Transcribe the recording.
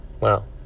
Wow